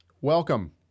Welcome